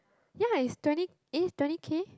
ya is twenty eh it's twenty K